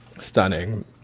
stunning